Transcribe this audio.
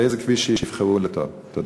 לנסוע בכביש שיבחרו, תודה.